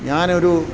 ഞാനൊരു